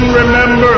remember